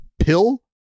pill